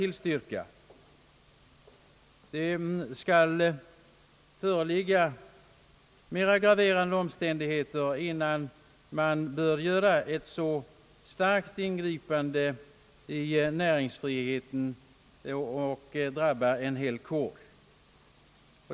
Det skall föreligga mera graverande omständigheter innan man bör göra ett så starkt ingripande i näringsfriheten och drabba en hel kår.